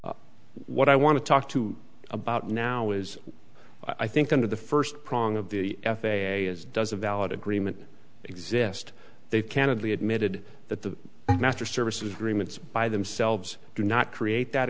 what i want to talk to about now is i think under the first prong of the f a a is does a valid agreement exist they can of the admitted that the master services agreements by themselves do not create that